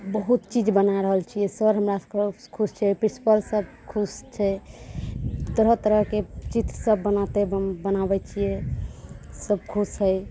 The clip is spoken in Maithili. बहुत चीज बना रहल छियै सर हमरा सबकेँ खुश छै प्रिँसिपल सर खुश छै तरह तरहके चित्र सब बनाके बनाबैत छियै सब खुश होइ